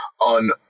on